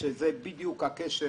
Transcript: שזה בדיוק הקשר